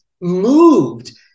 moved